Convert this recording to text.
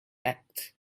act